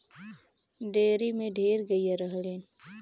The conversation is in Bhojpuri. डेयरी में ढेर गइया रहलीन